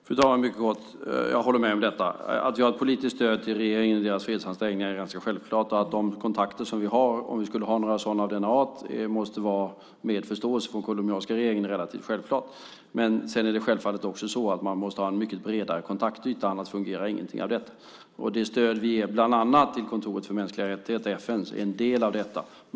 Fru talman! Jag håller med om det. Att vi har ett politiskt stöd till regeringen i dess fredsansträngningar är ganska självklart. Att de kontakter vi har, om vi skulle ha några av denna art, måste vara med förståelse från den colombianska regeringen är relativt självklart. Man måste självfallet också ha en mycket bredare kontaktyta annars fungerar ingenting. Det stöd vi ger till bland annat FN:s kontor för mänskliga rättigheter är en del av detta.